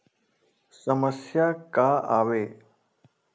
समस्या का आवे?